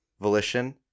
volition